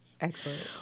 Excellent